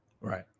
right